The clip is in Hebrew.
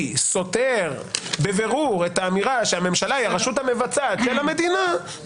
סותר בבירור את האמירה שהממשלה היא הרשות המבצעת של המדינה,